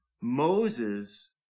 Moses